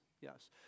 yes